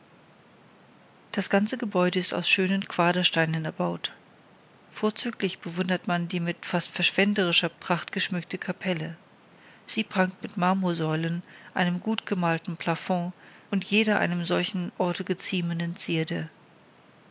das ganze gebäude ist aus schönen quadersteinen erbaut vorzüglich bewundert man die mit fast verschwenderischer pracht geschmückte kapelle sie prangt mit marmorsäulen einem gut gemalten plafond und jeder einem solchen orte geziemenden zierde